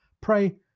Pray